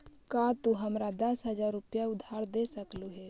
का तू हमारा दस हज़ार रूपए उधार दे सकलू हे?